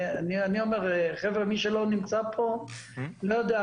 מי שלא נמצא פה, לא יודע.